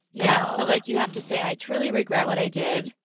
yeah, so like you have to say, i truly regret what i did,